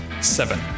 seven